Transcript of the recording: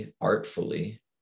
artfully